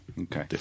Okay